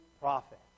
profit